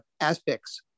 aspects